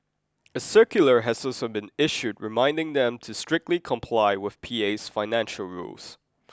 a circular has also been issued reminding them to strictly comply with P A's financial rules